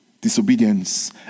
disobedience